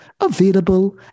available